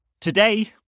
today